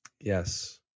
Yes